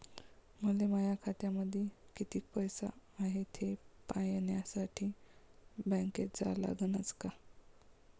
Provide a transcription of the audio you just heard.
मले माया खात्यामंदी कितीक पैसा हाय थे पायन्यासाठी बँकेत जा लागनच का?